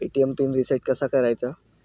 ATM pin reset कसा करायचा?